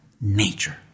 nature